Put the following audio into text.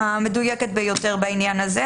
המדויקת ביותר בעניין הזה.